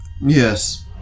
Yes